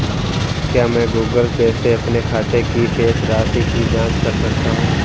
क्या मैं Google pay से अपने खाते की शेष राशि की जाँच कर सकता हूँ?